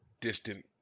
distant